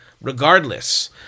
regardless